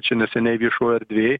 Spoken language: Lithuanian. čia neseniai viešoj erdvėj